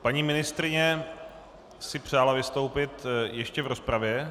Paní ministryně si přála vystoupit ještě v rozpravě?